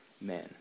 men